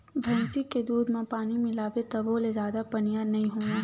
भइसी के दूद म पानी मिलाबे तभो ले जादा पनियर नइ होवय